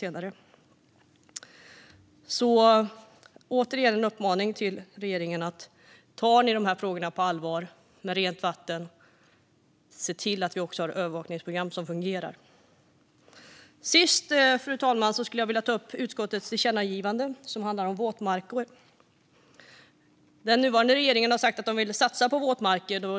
Jag vill återigen ge en uppmaning till regeringen: Tar ni dessa frågor om rent vatten på allvar, se då till att vi också har övervakningsprogram som fungerar! Fru talman! Till sist skulle jag vilja ta upp utskottets förslag till tillkännagivande om våtmarker. Den nuvarande regeringen har sagt att den vill satsa på våtmarker.